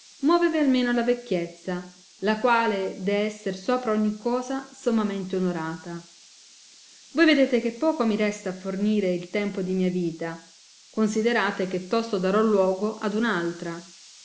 muovevi almeno la vecchiezza la quale dee esser sopra ogni cosa sommamente onorata voi vedete che poco mi resta a fornire il tempo di mia vita considerate che tosto darò luogo ad un altra